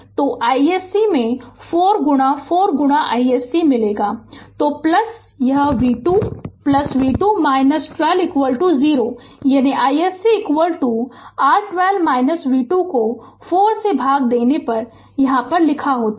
तो iSC में 4 गुणा 4 गुणा iSC मिलेगा तो यह v 2 v 2 12 0 यानी iSC r 12 v 2 को 4 से भाग देने पर यानी यहाँ लिखा होता है